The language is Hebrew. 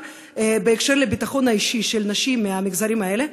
בהקשר של הביטחון האישי של נשים מהמגזרים האלה,